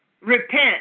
Repent